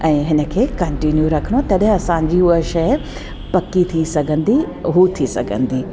ऐं हिन खे कंटिन्यू रखिणो तॾहिं असांजी उहा शइ पकी थी सघंदी उहा थी सघंदी